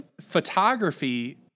photography